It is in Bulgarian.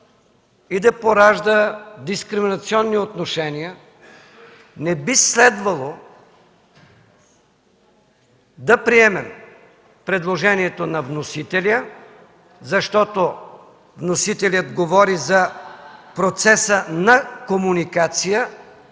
и да поражда дискриминационни отношения, не би следвало да приемем предложението на вносителя, защото вносителят говори за процеса на комуникация,